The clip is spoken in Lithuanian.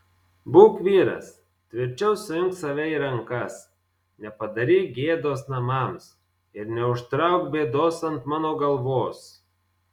būk vyras tvirčiau suimk save į rankas nepadaryk gėdos namams ir neužtrauk bėdos ant mano galvos